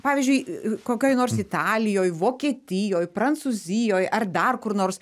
pavyzdžiui kokioj nors italijoj vokietijoj prancūzijoj ar dar kur nors